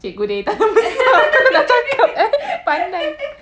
cikgu dia tanah besar nak cakap eh pandai